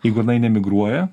jeigu jinai nemigruoja